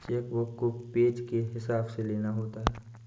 check book को page के हिसाब से लेना होता है